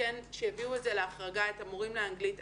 שיביאו להחרגה את המורים לאנגלית.